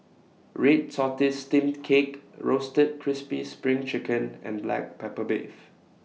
Red Tortoise Steamed Cake Roasted Crispy SPRING Chicken and Black Pepper Beef